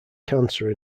cancer